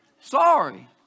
Sorry